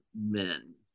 men